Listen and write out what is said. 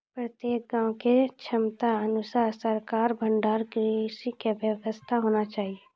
प्रत्येक गाँव के क्षमता अनुसार सरकारी भंडार गृह के व्यवस्था होना चाहिए?